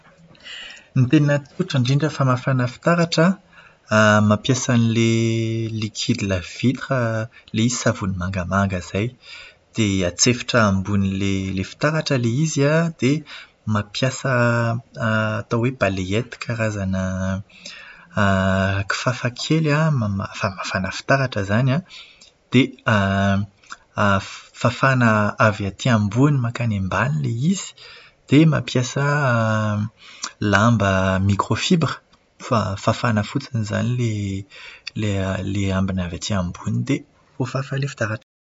Ny tena tsotra indrindra famafana fitaratra an, mampiasa an'ilay "liquide lave-vitre", izy savony mangamanga izay. Dia atsefitra ambonin'ilay fitaratra ilay izy an, dia mampiasa atao hoe "balayette", karazana kifafa kely mama- famafàna fitaratra izany an. Dia fafàna avy aty ambony mankany ambany ilay izy, dia mampiasa lamba "microfibre", fa- fafana fotsiny izany ilay ilay ambiny avy aty ambony dia voafafa ilay fitaratra.